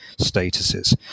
statuses